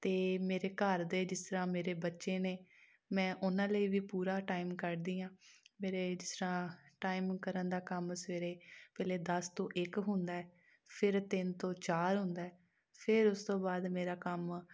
ਅਤੇ ਮੇਰੇ ਘਰ ਦੇ ਜਿਸ ਤਰ੍ਹਾਂ ਮੇਰੇ ਬੱਚੇ ਨੇ ਮੈਂ ਉਨ੍ਹਾਂ ਲਈ ਵੀ ਪੂਰਾ ਟਾਈਮ ਕੱਢਦੀ ਹਾਂ ਮੇਰੇ ਜਿਸ ਤਰ੍ਹਾਂ ਟਾਈਮ ਕਰਨ ਦਾ ਕੰਮ ਸਵੇਰੇ ਪਹਿਲੇ ਦਸ ਤੋਂ ਇੱਕ ਹੁੰਦਾ ਫਿਰ ਤਿੰਨ ਤੋਂ ਚਾਰ ਹੁੰਦਾ ਫਿਰ ਉਸ ਤੋਂ ਬਾਅਦ ਮੇਰਾ ਕੰਮ